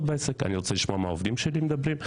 בעסק כדי לשמוע מה העובדים שלי מדברים,